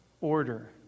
order